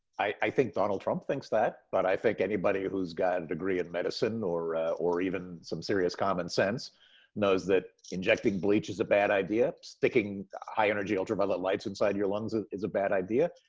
i think donald trump thinks that, but i think anybody who's gotten a degree in medicine or or even some serious common sense knows that injecting bleach is a bad idea, sticking high energy, ultraviolet lights inside your lungs ah is a bad idea.